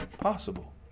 possible